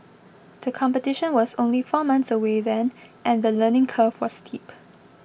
the competition was only four months away then and the learning curve was steep